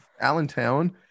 Allentown